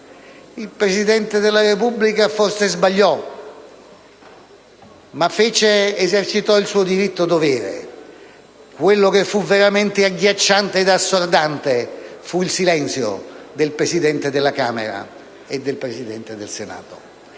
il Presidente della Repubblica forse sbagliò, ma esercitò il suo diritto‑dovere. Quello che fu veramente agghiacciante ed assordante fu il silenzio del Presidente della Camera e del Presidente del Senato.